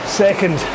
second